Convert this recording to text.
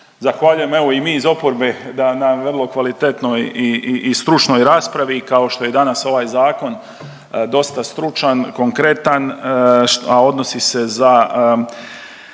zahvaljujemo. Evo i mi iz oporbe da na vrlo kvalitetnoj i stručnoj raspravi kao što je i danas ovaj zakon dosta stručan, konkretan, a odnosi se za